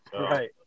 Right